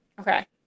Okay